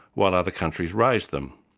while other countries raised them.